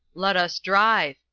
let us drive,